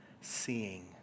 seeing